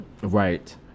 right